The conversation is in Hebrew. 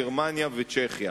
גרמניה וצ'כיה.